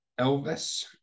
elvis